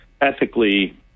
ethically